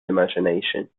imagination